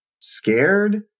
scared